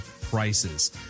prices